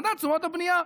מדד תשומות הבנייה.